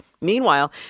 meanwhile